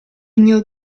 mio